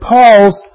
Paul's